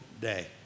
day